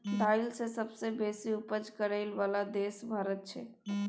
दाइल के सबसे बेशी उपज करइ बला देश भारत छइ